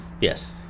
yes